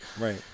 right